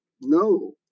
no